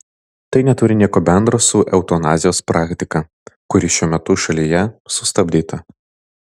tai neturi nieko bendro su eutanazijos praktika kuri šiuo metu šalyje sustabdyta